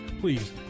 Please